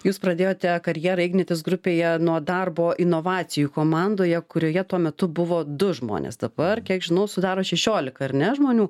jūs pradėjote karjerą ignitis grupėje nuo darbo inovacijų komandoje kurioje tuo metu buvo du žmonės dabar kiek žinau sudaro šešiolika ar ne žmonių